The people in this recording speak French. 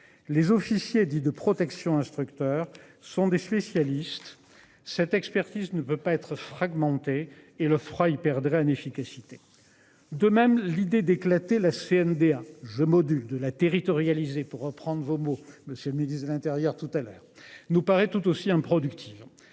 les officiers dit de protection instructeurs sont des spécialistes. Cette expertise ne peut pas être fragmenté et le froid il perdrait en efficacité. De même l'idée d'éclater la CNDA je Module de la territorialisée pour reprendre vos mots. Monsieur le ministre de l'Intérieur tout à l'heure nous paraît tout aussi.